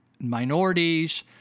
minorities